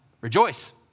Rejoice